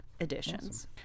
Editions